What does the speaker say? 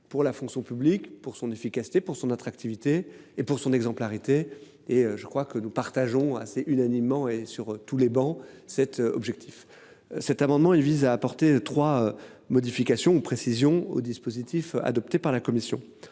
pour la fonction publique pour son efficacité pour son attractivité et pour son exemplarité. Et je crois que nous partageons assez unanimement et sur tous les bancs cet objectif cet amendement il vise à apporter 3 modifications ou précisions au dispositif adopté par la commission.